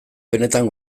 benetan